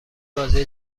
بازی